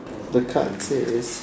the card say if